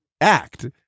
act